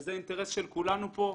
זה אינטרס של כולנו פה,